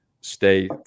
stay